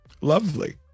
Lovely